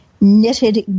knitted